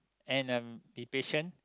and um be patient